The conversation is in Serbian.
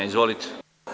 Izvolite.